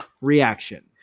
reaction